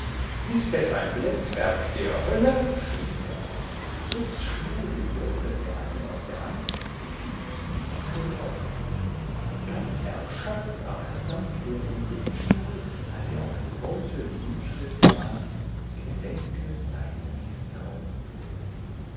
ist es ein blendwerk der hölle schrie er auf riß schnell den beutel der alten aus der hand und hielt ihn dicht vor die augen ganz erschöpft sank er aber in den stuhl als er auf dem beutel die inschrift las gedenke deines